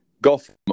gotham